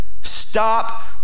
Stop